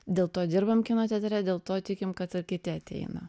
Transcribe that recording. dėl to dirbam kino teatre dėl to tikim kad ir kiti ateina